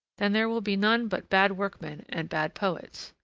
then there will be none but bad workmen and bad poets.